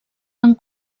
amb